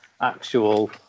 actual